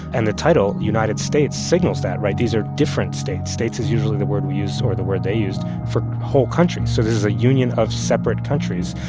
and the title united states signals that, right? these are different states. states is usually the word we use or the word they used for whole countries. so this is a union of separate countries.